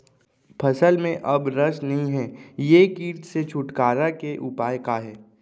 फसल में अब रस नही हे ये किट से छुटकारा के उपाय का हे?